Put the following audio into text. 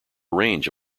range